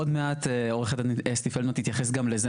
עוד מעט עורכת הדין אסתי פלדמן תתייחס גם לזה,